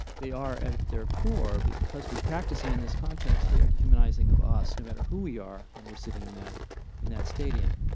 they are at their core, because we practice them in this context, they were dehumanizing of us, no matter who we are when we're sitting in that in that stadium.